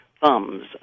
thumbs